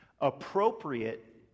Appropriate